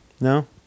No